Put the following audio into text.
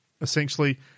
essentially